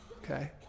okay